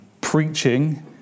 preaching